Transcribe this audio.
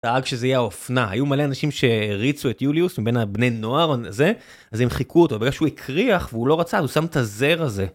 דאג שזה יהיה האופנה היו מלא אנשים שהעריצו את יוליוס מבין הבני נוער זה, אז הם חיכו אותו בגלל שהוא הקריח והוא לא רצה הוא שם את הזר הזה.